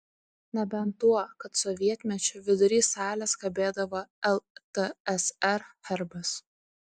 nebent tuo kad sovietmečiu vidury salės kabėdavo ltsr herbas